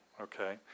okay